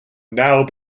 now